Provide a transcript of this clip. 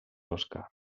oscar